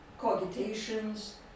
cogitations